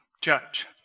Judge